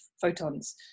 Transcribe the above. photons